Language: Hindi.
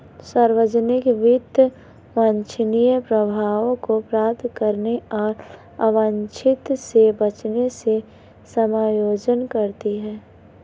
सार्वजनिक वित्त वांछनीय प्रभावों को प्राप्त करने और अवांछित से बचने से समायोजन करती है